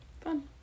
Fun